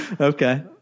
Okay